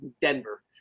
Denver